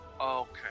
Okay